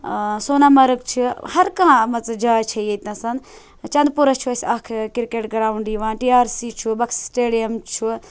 سونامَرٕگ چھُ ہَر کانٛہہ مان ژٕ جاے چھِ ییٚتہِ نَس چَنٛدپوٗرہ چھُ اسہِ اَکھ کِرکیٹ گرٛاوُنٛڈ یِوان ٹی آر سی چھُ بَخشی سِٹیڈِیَم چھُ